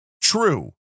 true